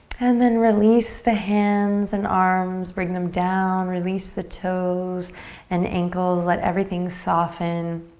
and then release the hands and arms. bring them down, release the toes and ankles. let everything soften